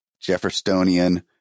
Jeffersonian